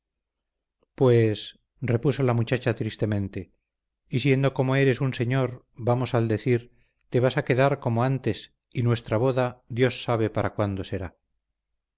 pues repuso la muchacha tristemente y siendo como eres un señor vamos al decir te vas a quedar como antes y nuestra boda dios sabe para cuándo será